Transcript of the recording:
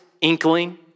inkling